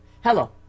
Hello